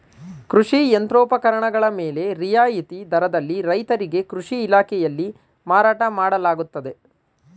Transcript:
ಕೃಷಿ ಯಂತ್ರೋಪಕರಣಗಳ ಮೇಲೆ ರಿಯಾಯಿತಿ ದರದಲ್ಲಿ ರೈತರಿಗೆ ಕೃಷಿ ಇಲಾಖೆಯಲ್ಲಿ ಮಾರಾಟ ಮಾಡಲಾಗುತ್ತದೆ